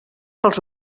pels